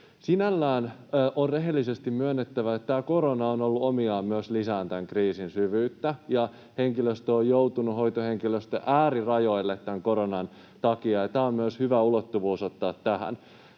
Sinällään on rehellisesti myönnettävä, että tämä korona on ollut omiaan myös lisäämään tämän kriisin syvyyttä ja että hoitohenkilöstö on joutunut äärirajoille tämän koronan takia, ja tämä on myös hyvä ulottuvuus ottaa tähän.